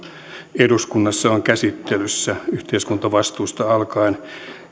eduskunnassa on käsittelyssä yhteiskuntavastuusta alkaen